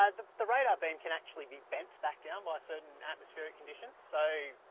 ah the the radar beam can actually be bent back down by certain atmospheric conditions, so